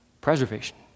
Preservation